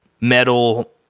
metal